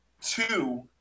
Two